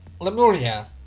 Lemuria